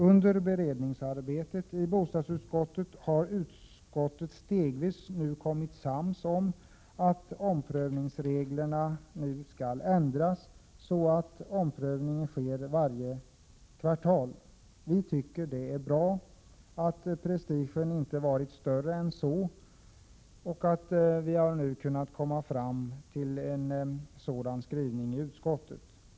Under beredningsarbetet i bostadsutskottet har utskottet stegvis nu blivit sams om att omprövningsreglerna skall ändras så att omprövning sker varje kvartal. Det är bra att prestigen inte har varit större än så och att vi nu har kunnat komma fram till en sådan skrivning i utskottet.